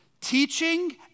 Teaching